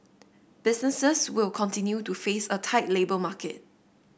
businesses will continue to face a tight labour market